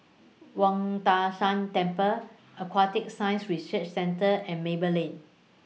Wang Tai Shan Temple Aquatic Science Research Centre and Maple Lane